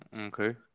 Okay